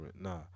Nah